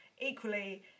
equally